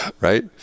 right